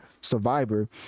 survivor